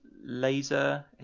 Laser